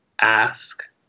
ask